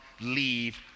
leave